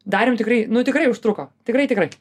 darėm tikrai nu tikrai užtruko tikrai tikrai